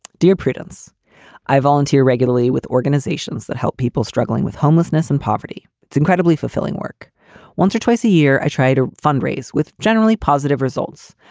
dear prudence i volunteer regularly with organizations that help people struggling with homelessness and poverty. it's incredibly fulfilling work once or twice a year. i try to fundraise with generally positive results.